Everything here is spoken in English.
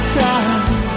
time